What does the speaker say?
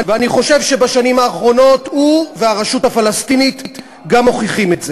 ואני חושב שבשנים האחרונות הוא והרשות הפלסטינית גם מוכיחים את זה.